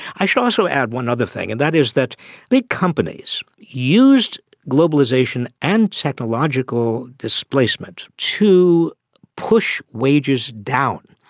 i should also add one other thing, and that is that big companies used globalisation and technological displacement to push wages down,